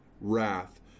wrath